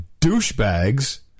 douchebags